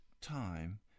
time